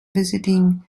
visiting